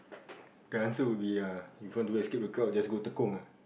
the answer would be yeah if you want to escape the crowd just go Tekong ah